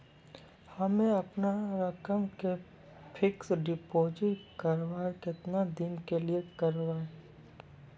हम्मे अपन रकम के फिक्स्ड डिपोजिट करबऽ केतना दिन के लिए करबऽ?